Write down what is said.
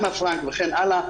אנה פרנק וכן הלאה,